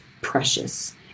precious